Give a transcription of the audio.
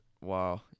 wow